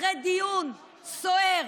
אחרי דיון סוער